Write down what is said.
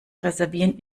reservieren